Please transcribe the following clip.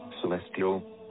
celestial